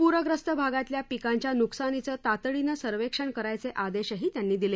पूरग्रस्त भागातल्या पिकांच्या नुकसानीचं तातडीनं सर्वेक्षण करायचे आदेशही त्यांनी दिले